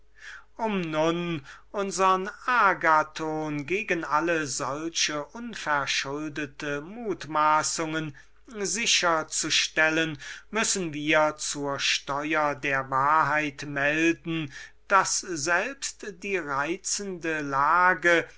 um nun unsern agathon gegen alle solche unverschuldete mutmaßungen sicher zu stellen müssen wir zur steuer der wahrheit melden daß selbst die reizende lage